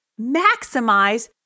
maximize